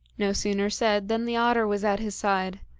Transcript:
no sooner said than the otter was at his side,